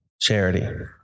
charity